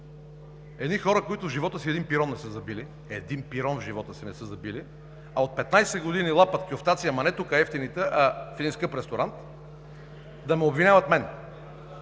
едни хора, които в живота си един пирон не са забили – един пирон в живота си не са забили, а от 15 години лапат кюфтаци, ама не тук евтините, а в един скъп ресторант, да ме обвиняват мен.